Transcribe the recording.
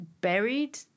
buried